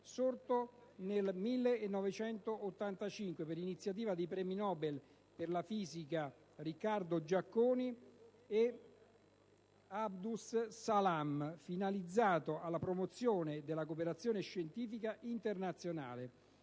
sorto nel 1985 per iniziativa dei premi Nobel per la fisica Riccardo Giacconi ed Abdus Salam, finalizzato alla promozione della cooperazione scientifica internazionale.